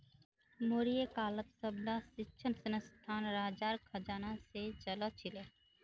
मौर्य कालत सबला शिक्षणसंस्थान राजार खजाना से चलअ छीले